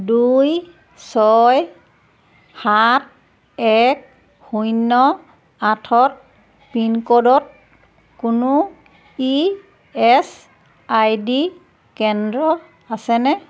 দুই ছয় সাত এক শূন্য আঠত পিনক'ডত কোনো ই এচ আই চি কেন্দ্র আছেনে